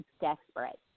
desperate